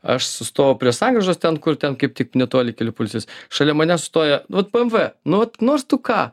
aš sustojau prie sankryžos ten kur ten kaip tik netoli kelių policijos šalia manęs sustoja nu vat bmw nu vat nors tu ką